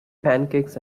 pancakes